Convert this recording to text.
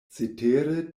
cetere